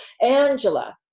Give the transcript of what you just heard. Angela